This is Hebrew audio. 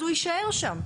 אז הוא יישאר שם.